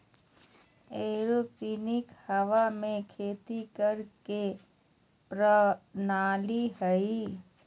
aeroponic हवा में खेती करे के प्रणाली हइ